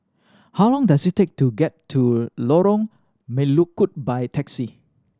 how long does it take to get to Lorong Melukut by taxi